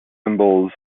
symbols